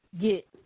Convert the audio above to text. Get